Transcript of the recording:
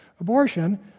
abortion